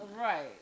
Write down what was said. Right